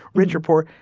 rich or poor,